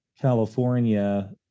California